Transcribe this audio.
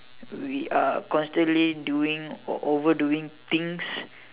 we are constantly doing over doing things